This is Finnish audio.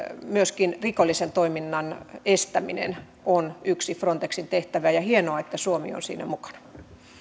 myöskin rikollisen toiminnan estäminen on yksi frontexin tehtävä ja hienoa että suomi on siinä mukana